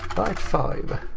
byte five.